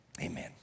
Amen